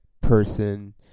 person